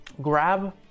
Grab